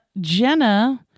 Jenna